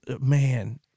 Man